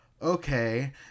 Okay